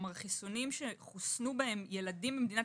כלומר חיסונים שחוסנו בהם ילדים במדינת